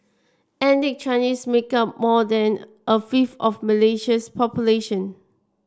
ethnic Chinese make up more than a fifth of Malaysia's population